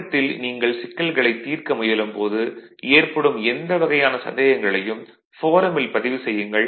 தொடக்கத்தில் நீங்கள் சிக்கல்களைத் தீர்க்க முயலும் போது ஏற்படும் எந்த வகையான சந்தேகங்களையும் ஃபோரமில் பதிவு செய்யுங்கள்